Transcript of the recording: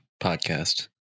podcast